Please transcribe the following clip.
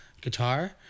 Guitar